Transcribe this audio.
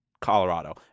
Colorado